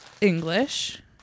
English